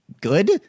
good